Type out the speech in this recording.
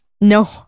No